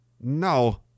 No